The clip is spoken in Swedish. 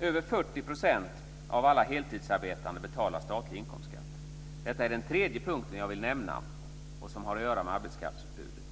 Över 40 % av alla heltidsarbetande betalar statlig inkomstskatt. Det är den tredje punkt jag vill nämna som har att göra med arbetskraftsutbudet.